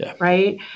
right